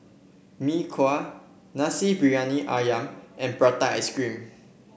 Mee Kuah Nasi Briyani ayam and Prata Ice Cream